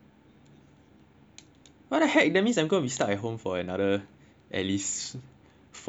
what the heck that means I'm gonna be stuck at home for another at least four five months